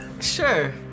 Sure